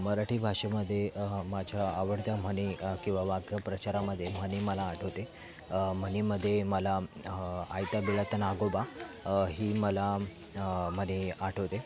मराठी भाषेमध्ये माझ्या आवडत्या म्हणी किंवा वाक्प्रचारामध्ये म्हणी मला आठवते म्हणीमध्येे मला आयत्या बिळात नागोबा ही मला म्हण आठवते